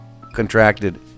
contracted